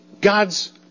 God's